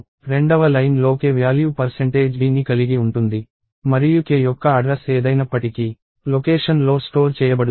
రెండవ లైన్ లో k value dని కలిగి ఉంటుంది మరియు k యొక్క అడ్రస్ ఏదైనప్పటికీ లొకేషన్ లో స్టోర్ చేయబడుతుంది